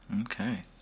Okay